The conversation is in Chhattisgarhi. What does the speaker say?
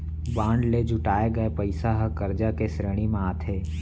बांड ले जुटाए गये पइसा ह करजा के श्रेणी म आथे